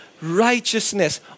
righteousness